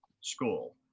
School